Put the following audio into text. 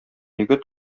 егет